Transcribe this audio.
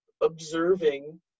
observing